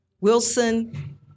Wilson